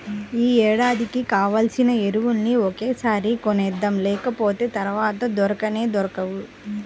యీ ఏడాదికి కావాల్సిన ఎరువులన్నీ ఒకేసారి కొనేద్దాం, లేకపోతె తర్వాత దొరకనే దొరకవు